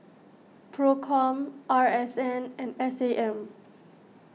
Procom R S N and S A M